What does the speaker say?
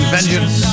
Vengeance